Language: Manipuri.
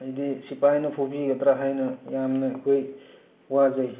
ꯑꯩꯗꯤ ꯁꯤꯐꯥꯏꯅ ꯐꯨꯕꯤꯒꯗꯔꯥ ꯍꯥꯏꯅ ꯌꯥꯝꯅ ꯑꯩꯈꯣꯏ ꯋꯥꯖꯩ